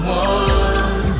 one